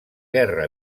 guerra